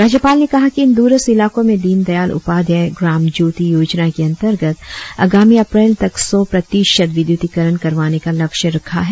राज्यपाल ने कहा की इन द्ररस्थ इलाको में दीन दयाल उपाध्याय ग्रामज्योती योजना के अंतर्गत आगामी अप्रैल तक सौ प्रतिशत विद्युतीकरण करवाने का लक्ष्य रखा है